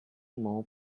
more